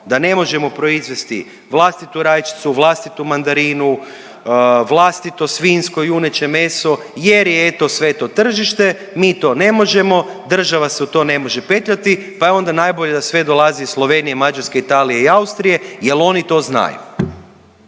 da ne možemo proizvesti vlastitu rajčicu, vlastitu mandarinu, vlastito svinjsko i juneće meso jer je eto sve to tržište, mi to ne možemo, država se u to ne može petljati pa je onda najbolje da sve dolazi iz Slovenije, Mađarske, Italije i Austrije jer oni to znaju.